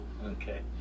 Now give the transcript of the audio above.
Okay